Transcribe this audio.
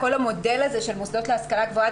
המודל של מוסדות להשכלה גבוהה,